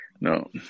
No